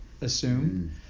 assume